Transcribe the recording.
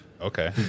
Okay